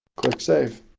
click save.